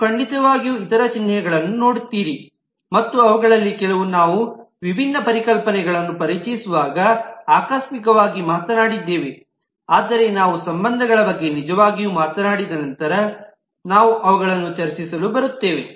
ನೀವು ಖಂಡಿತವಾಗಿಯೂ ಇತರ ಚಿಹ್ನೆಗಳನ್ನು ನೋಡುತ್ತೀರಿ ಮತ್ತು ಅವುಗಳಲ್ಲಿ ಕೆಲವು ನಾವು ವಿಭಿನ್ನ ಪರಿಕಲ್ಪನೆಗಳನ್ನು ಪರಿಚಯಿಸುವಾಗ ಆಕಸ್ಮಿಕವಾಗಿ ಮಾತನಾಡಿದ್ದೇವೆ ಆದರೆ ನಾವು ಸಂಬಂಧಗಳ ಬಗ್ಗೆ ನಿಜವಾಗಿಯೂ ಮಾತನಾಡಿದ ನಂತರ ನಾವು ಅವುಗಳನ್ನು ಚರ್ಚಿಸಲು ಬರುತ್ತೇವೆ